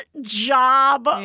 job